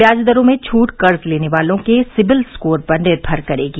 व्याज दरों में छूट कर्ज लेने वाले लोगों के सिविल स्कोर पर निर्भर करेगी